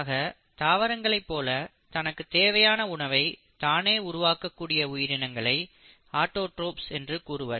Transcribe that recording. ஆக தாவரங்களைப் போல தனக்குத் தேவையான உணவை தானே உருவாக்கக்கூடிய உயிரினங்களை ஆட்டோடிரோப்ஸ் என்று கூறுவர்